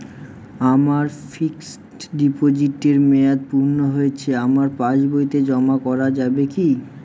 আমার ফিক্সট ডিপোজিটের মেয়াদ পূর্ণ হয়েছে আমার পাস বইতে জমা করা যাবে কি?